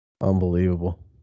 unbelievable